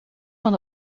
van